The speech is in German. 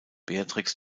beatrix